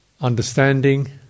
understanding